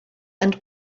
and